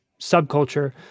subculture